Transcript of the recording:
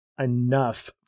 enough